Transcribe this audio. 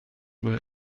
will